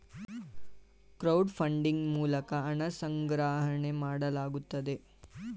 crowd funding ಮೂಲಕ ಹಣ ಸಂಗ್ರಹಣೆ ಮಾಡಲಾಗುತ್ತದೆ